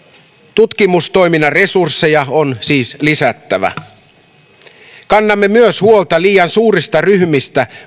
tutkimustoiminnan resursseja on siis lisättävä kannamme huolta myös liian suurista ryhmistä